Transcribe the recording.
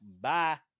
bye